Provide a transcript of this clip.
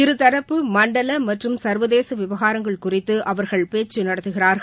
இருதரப்பு மண்டல மற்றும் சர்வதேச விவகாரங்கள் குறித்து அவர்கள் பேச்சு நடத்துகிறார்கள்